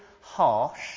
harsh